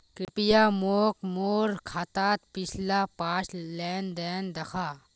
कृप्या मोक मोर खातात पिछला पाँच लेन देन दखा